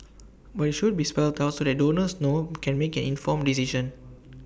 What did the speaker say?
but IT should be spelled out so that donors know can make an informed decision